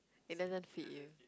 it doesn't fit you